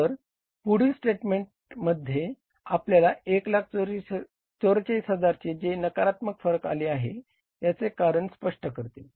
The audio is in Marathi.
तर या पुढील स्टेटमेंट आपल्याला 144000 चे जे नकारात्मक फरक आले आहे याचे कारण स्पष्ट करतील